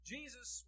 Jesus